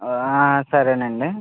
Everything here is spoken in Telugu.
సరేనండి